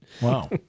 Wow